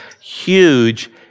huge